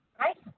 Right